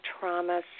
trauma